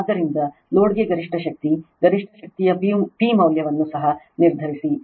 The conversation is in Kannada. ಆದ್ದರಿಂದಲೋಡ್ಗೆ ಗರಿಷ್ಠ ಶಕ್ತಿ ಗರಿಷ್ಠ ಶಕ್ತಿಯ P ಮೌಲ್ಯವನ್ನು ಸಹ ನಿರ್ಧರಿಸಿ